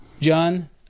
John